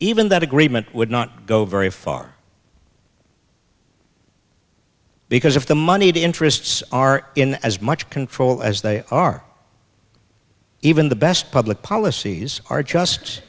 even that agreement would not go very far because of the moneyed interests are in as much control as they are even the best public policies are just